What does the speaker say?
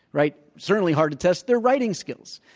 right, certainly hard to test their writing skills.